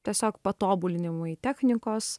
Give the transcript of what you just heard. tiesiog patobulinimui technikos